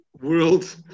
world